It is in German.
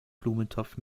blumentopf